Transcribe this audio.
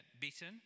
beaten